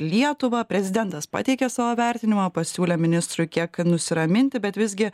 lietuvą prezidentas pateikė savo vertinimą pasiūlė ministrui kiek nusiraminti bet visgi